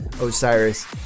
Osiris